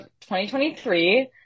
2023